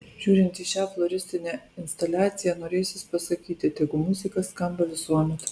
žiūrint į šią floristinę instaliaciją norėsis pasakyti tegu muzika skamba visuomet